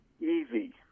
easy